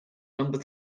number